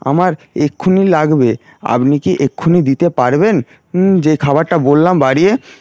আমার এক্ষুনি লাগবে আপনি কি এক্ষুনি দিতে পারবেন যে খাবারটা বললাম বাড়িয়ে